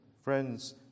Friends